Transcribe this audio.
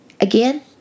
again